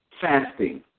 fasting